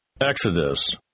Exodus